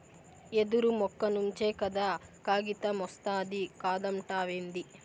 యెదురు మొక్క నుంచే కదా కాగితమొస్తాది కాదంటావేంది